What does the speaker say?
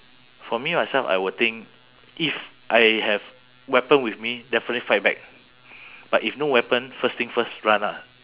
for me myself I will think if I have weapon with me definitely fight back but if no weapon first thing first run ah